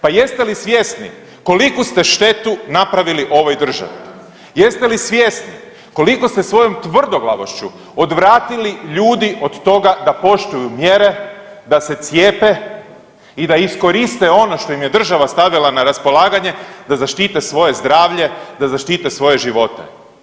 Pa jeste li svjesni koliku ste štetu napravili ovoj državi, jeste li svjesni koliko ste svojom tvrdoglavošću odvratili ljudi od toga da poštuju mjere, da se cijepe i da iskoriste ono što im je država stavila na raspolaganje da zaštite svoje zdravlje, da zaštite svoje živote?